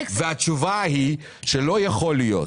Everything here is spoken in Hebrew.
התשובה היא שלא יכול להיות,